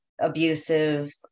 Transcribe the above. abusive